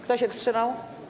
Kto się wstrzymał?